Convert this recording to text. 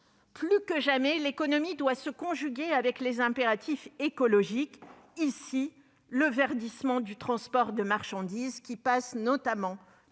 Plus que jamais, l'économie doit se conjuguer avec les impératifs écologiques, en l'occurrence le verdissement du transport de marchandises, qui passe notamment